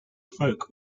folk